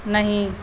नहि